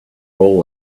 all